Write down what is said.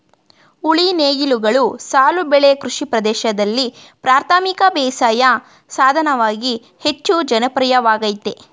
ಉಳಿ ನೇಗಿಲುಗಳು ಸಾಲು ಬೆಳೆ ಕೃಷಿ ಪ್ರದೇಶ್ದಲ್ಲಿ ಪ್ರಾಥಮಿಕ ಬೇಸಾಯ ಸಾಧನವಾಗಿ ಹೆಚ್ಚು ಜನಪ್ರಿಯವಾಗಯ್ತೆ